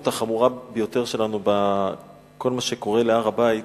החמורה ביותר שלנו בכל מה שקורה בהר-הבית